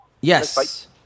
Yes